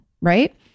right